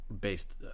based